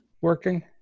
working